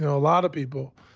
a lot of people,